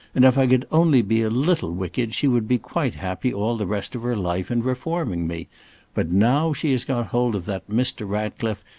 and if i could only be a little wicked, she would be quite happy all the rest of her life in reforming me but now she has got hold of that mr. ratcliffe,